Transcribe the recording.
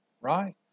right